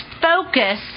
focus